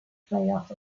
playoff